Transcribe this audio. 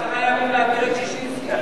הספקתי בעשרה ימים להעביר את ששינסקי.